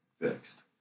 fixed